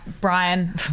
Brian